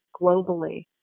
globally